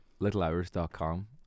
littlehours.com